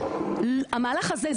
המהלך הזה,